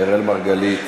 אראל מרגלית,